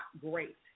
great